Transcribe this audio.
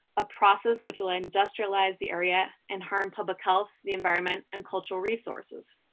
a process which will industrialize the area and harm public health, the environment, and cultural resources.